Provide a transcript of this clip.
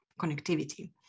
connectivity